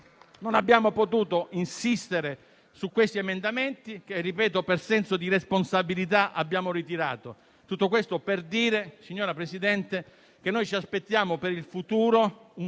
non abbiamo potuto insistere su questi emendamenti, che - ripeto - per senso di responsabilità abbiamo ritirato. Tutto questo per dire, signor Presidente, che noi ci aspettiamo per il futuro una